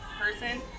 person